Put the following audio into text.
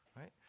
right